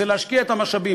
להשקיע את המשאבים.